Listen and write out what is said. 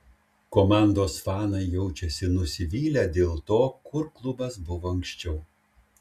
komandos fanai jaučiasi nusivylę dėl to kur klubas buvo anksčiau